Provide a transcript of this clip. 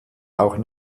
auch